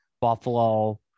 Buffalo